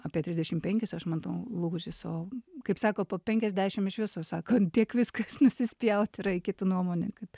apie trisdešimt penkis aš matau lūžis o kaip sako po penkiasdešimt iš viso sakant tiek viskas nusispjaut yra į kitų nuomonę kad